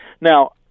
Now